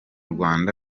rwanda